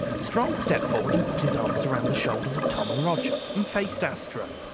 strong stepped forward and put his arms around the shoulders of tom and roger and faced astro.